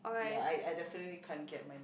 ya I I definitely can't get my